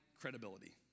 credibility